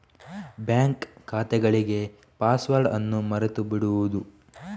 bank ಖಾತೆಗಳಿಗೆ password ಅನ್ನು ಮರೆತು ಬಿಡುವುದು